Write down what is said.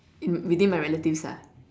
within my relatives ah